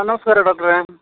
ನಮಸ್ಕಾರ ಡಾಕ್ಟ್ರೇ